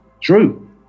true